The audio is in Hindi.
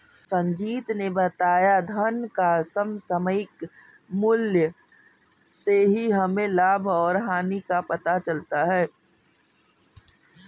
संजीत ने बताया धन का समसामयिक मूल्य से ही हमें लाभ और हानि का पता चलता है